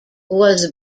was